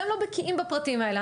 אתם לא בקיאים בפרטים האלה.